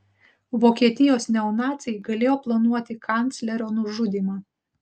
vokietijos neonaciai galėjo planuoti kanclerio nužudymą